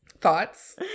thoughts